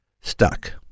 stuck